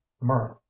mirth